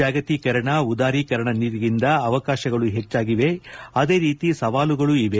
ಜಾಗತೀಕರಣ ಉದಾರೀಕರಣ ನೀತಿಯಿಂದ ಅವಕಾಶಗಳು ಹೆಚ್ಚಾಗಿದೆ ಅದೇ ರೀತಿ ಸವಾಲುಗಳು ಇದೆ